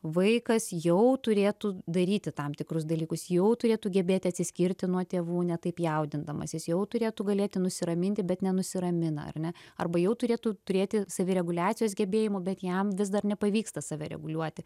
vaikas jau turėtų daryti tam tikrus dalykus jau turėtų gebėti atsiskirti nuo tėvų ne taip jaudindamasis jau turėtų galėti nusiraminti bet nenusiramina ar ne arba jau turėtų turėti savireguliacijos gebėjimų bet jam vis dar nepavyksta save reguliuoti